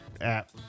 app